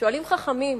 שואלים חכמים: